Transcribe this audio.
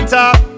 top